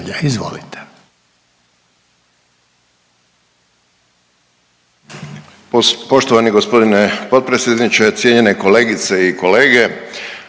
Izvolite,